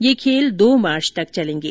ये खेल दो मार्च तक चलेंगे